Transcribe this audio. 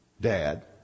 dad